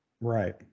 Right